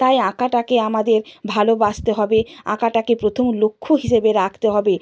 তাই আঁকাটাকে আমাদের ভালোবাসতে হবে আঁকাটাকে প্রথম লক্ষ্য হিসেবে রাখতে হবে